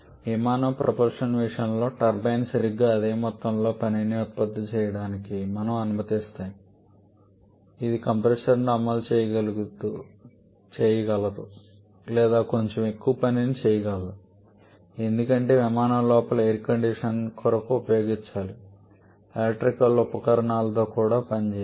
విమానం ప్రొపల్షన్ విషయంలో టర్బైన్ సరిగ్గా అదే మొత్తంలో పనిని ఉత్పత్తి చేయడానికి మనము అనుమతిస్తాము ఇది కంప్రెషర్ను అమలు చేయగలదు లేదా కొంచెం ఎక్కువ పనిని చేయగలదు ఎందుకంటే విమానం లోపల ఎయిర్ కండిషనర్ల కొరకు ఉపయోగించాలి ఎలక్ట్రికల్ ఉపకరణాలతో కూడా పని చేయాలి